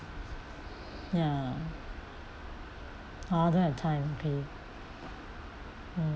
ya ah don't have time okay mm